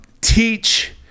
teach